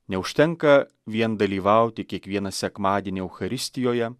neužtenka vien dalyvauti kiekvieną sekmadienį eucharistijoje